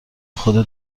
خودت